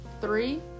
three